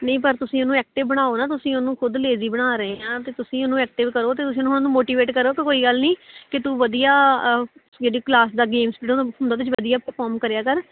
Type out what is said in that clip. ਨਹੀਂ ਪਰ ਤੁਸੀਂ ਇਹਨੂੰ ਐਕਟਿਵ ਬਣਾਓ ਨਾ ਤੁਸੀਂ ਉਹਨੂੰ ਖ਼ੁਦ ਲੇਜੀ ਬਣਾ ਰਹੇ ਆ ਅਤੇ ਤੁਸੀਂ ਇਹਨੂੰ ਐਕਟਿਵ ਕਰੋ ਅਤੇ ਤੁਸੀਂ ਉਹਨਾਂ ਨੂੰ ਮੋਟੀਵੇਟ ਕਰੋ ਅਤੇ ਕੋਈ ਗੱਲ ਨਹੀਂ ਕਿ ਤੂੰ ਵਧੀਆ ਜਿਹੜੀ ਕਲਾਸ ਦਾ ਗੇਮਸ ਮਤਲਬ ਵਧੀਆ ਪਰਫੋਰਮ ਕਰਿਆ ਕਰ ਅਤੇ